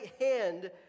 hand